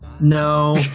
No